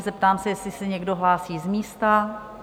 Zeptám se, jestli se někdo hlásí z místa?